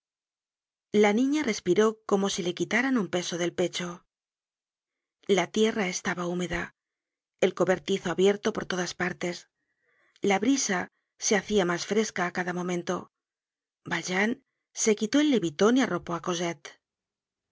la niña respiró como si le quitaran un peso del pecho la tierra estaba húmeda el cobertizo abierto por todas partes la brisa se hacia mas fresca á cada momento valjean se quitó el leviton y arropó